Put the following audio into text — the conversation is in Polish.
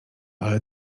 ale